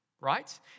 right